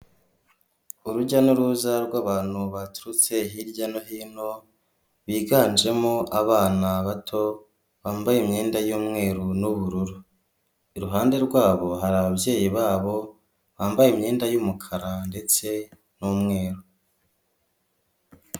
Urujya n'uruza rw'abantu baturutse hirya no hino biganjemo abana bato bambaye imyenda y'umweru n'ubururu ,iruhande rwabo hari ababyeyi babo bambaye imyenda y'umukara ndetse n'umweru.